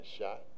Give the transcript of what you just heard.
shot